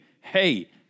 hey